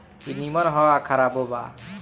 ई निमन ह आ खराबो बा